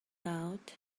out